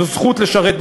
זו זכות לשרת בצבא,